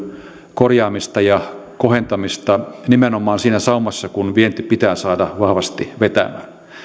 korjaamista ja kohentamista nimenomaan siinä saumassa kun vienti pitää saada vahvasti vetämään